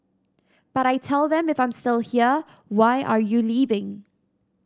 but I tell them if I'm still here why are you leaving